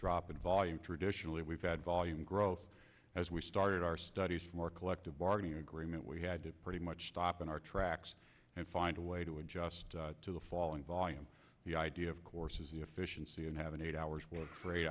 drop in volume traditionally we've had volume growth as we started our studies from our collective bargaining agreement we had to pretty much stop in our tracks and find a way to adjust to the falling volume the idea of course is the efficiency and have an eight hours work for eight